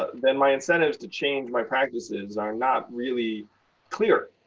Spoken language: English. then my incentives to change my practices are not really clear.